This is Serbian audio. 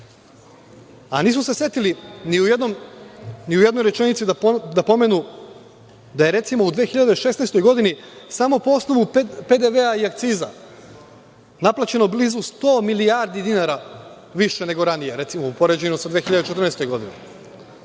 Nisu se setili ni u jednoj rečenici da pomenu da je, recimo, u 2016. godini samo po osnovu PDV-a i akciza naplaćeno blizu sto milijardi dinara više nego ranije, u poređenju sa, recimo,